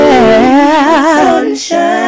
Sunshine